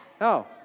No